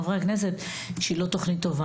חברי הכנסת שתכנית הגפ"ן היא לא טובה.